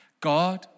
God